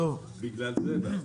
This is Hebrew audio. בגלל זה באתי.